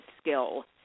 skill